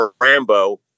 Rambo